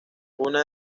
una